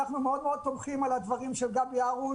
אנחנו מאוד מאוד תומכים בדברים של גבי בן הרוש,